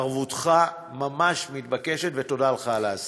התערבותך ממש מתבקשת, ותודה לך על העשייה.